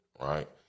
right